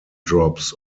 drops